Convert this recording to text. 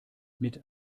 mit